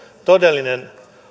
todellinen